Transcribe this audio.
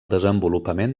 desenvolupament